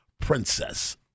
Princess